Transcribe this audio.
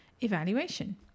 evaluation